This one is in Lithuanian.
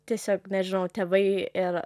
tiesiog nežinau tėvai ir